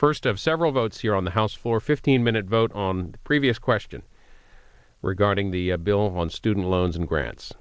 first of several votes here on the house floor a fifteen minute vote on the previous question regarding the bill on student loans and grants